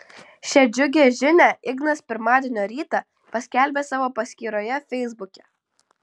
šią džiugią žinią ignas pirmadienio rytą paskelbė savo paskyroje feisbuke